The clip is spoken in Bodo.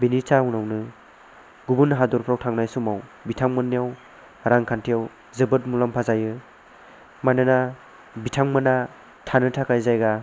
बेनि जाहोनावनो गुबुन हादरफ्राव थांनाय समाव बिथांमोननियाव रांखान्थियाव जोबोद मुलाम्फा जायो मानोना बिथांमोना थानो थाखाय जायगा